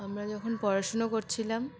আমরা যখন পড়াশুনো করছিলাম